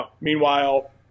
meanwhile